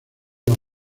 los